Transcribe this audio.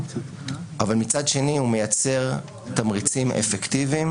אבל מצד שני, הוא מייצר תמריצים אפקטיביים